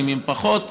נעימות פחות,